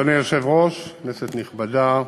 אדוני היושב-ראש, כנסת נכבדה,